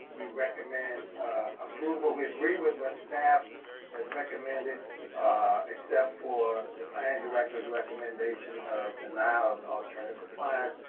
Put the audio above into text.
we recommend approval, we agree with what staff recommended except for the plan director's recommendation of the noun alternative declined,